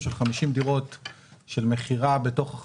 שכירות מוסדית,